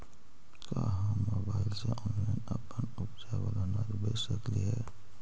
का हम मोबाईल से ऑनलाइन अपन उपजावल अनाज बेच सकली हे?